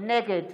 נגד